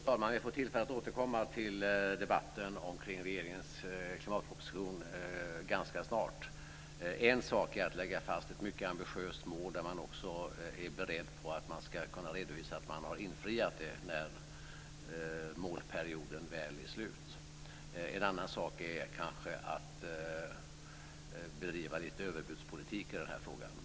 Fru talman! Jag får tillfälle att återkomma till debatten kring regeringens klimatproposition ganska snart. En sak är att lägga fast ett mycket ambitiöst mål där man också är beredd att redovisa att man har infriat det när målperioden är slut. En annan sak är att bedriva överbudspolitik i den här frågan.